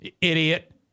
idiot